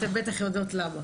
אתן בטח יודעות למה.